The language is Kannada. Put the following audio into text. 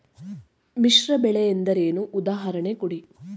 ಮಿಶ್ರ ಬೆಳೆ ಎಂದರೇನು, ಉದಾಹರಣೆ ಕೊಡಿ?